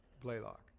Blaylock